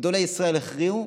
גדולי ישראל הכריעו,